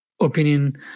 opinion